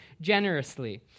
generously